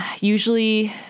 usually